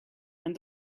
and